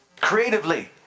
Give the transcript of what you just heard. Creatively